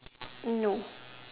no